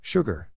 Sugar